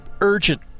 urgent